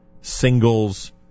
singles